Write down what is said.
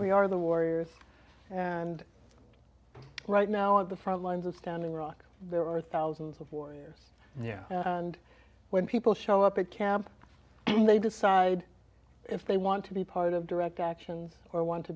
we are the warriors and right now at the front lines of standing rock there are thousands of warriors there and when people show up at camp they decide if they want to be part of direct actions or want to